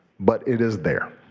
but it is there.